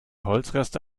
holzreste